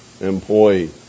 employee